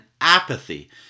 apathy